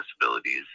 disabilities